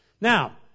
Now